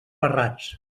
ferrats